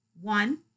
One